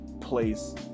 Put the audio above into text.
place